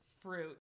fruit